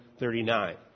39